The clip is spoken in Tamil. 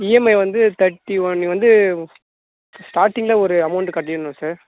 இஎம்ஐ வந்து தேர்ட்டி ஒன் நீங்கள் வந்து ஸ்டார்டிங்கில் ஒரு அமௌண்டு கட்டிடணும் சார்